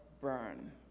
burn